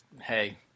Hey